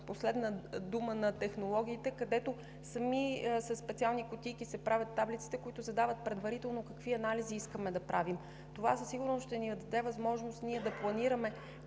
последна дума на технологиите, където със специални кутийки се правят таблиците, които задават предварително какви анализи искаме да правим. Това със сигурност ще ни даде възможност да планираме